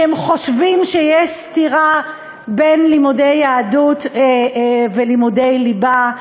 כי הם חושבים שיש סתירה בין לימודי יהדות ללימודי ליבה.